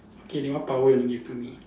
okay then what power you want to give to me